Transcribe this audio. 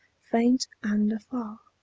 faint and afar.